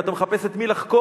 אם אתה מחפש את מי לחקור.